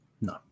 No